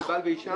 בעל ואישה